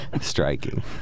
Striking